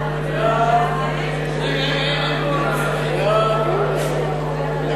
ההצעה להעביר את הצעת חוק-יסוד: